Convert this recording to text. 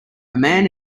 man